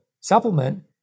supplement